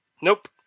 Nope